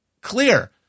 clear